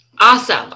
Awesome